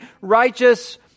righteous